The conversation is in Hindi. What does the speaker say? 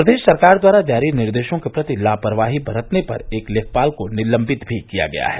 प्रदेश सरकार द्वारा जारी निर्देशों के प्रति लापरवाही बरतने पर एक लेखपाल को निलभ्वित भी किया गया है